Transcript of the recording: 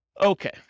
Okay